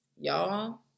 y'all